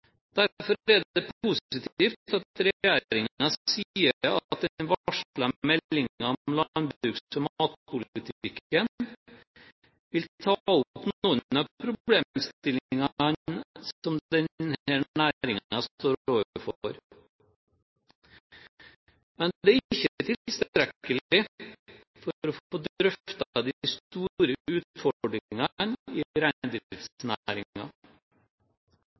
Derfor er det positivt at regjeringen sier at den varslede meldingen om landbruks- og matpolitikken vil ta opp noen av problemstillingene som denne næringen står overfor. Men det er ikke tilstrekkelig for å få